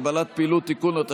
הגבלת פעילות) (תיקון),